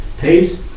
Peace